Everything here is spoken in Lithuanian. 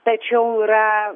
tačiau yra